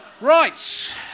Right